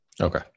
Okay